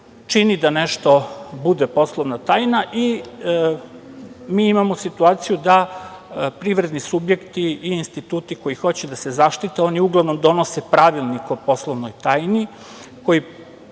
da nešto bude poslovna tajna. Mi imamo situaciju da privredni subjekti i instituti koji hoće da se zaštite, oni uglavnom donose pravilnik o poslovnoj tajni, koji